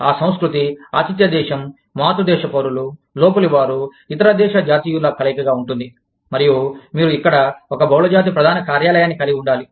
ఆ సంస్కృతి ఆతిథ్య దేశం మాతృ దేశ పౌరులు లోపలివారు ఇతర దేశ జాతీయుల కలయికగా ఉంటుంది మరియు మీరు ఇక్కడ ఒక బహుళజాతి ప్రధాన కార్యాలయాన్ని కలిగి ఉండాలి